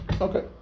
okay